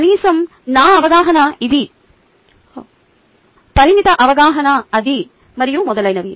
కనీసం నా అవగాహన ఇది పరిమిత అవగాహన అది మరియు మొదలైనవి